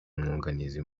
umwunganizi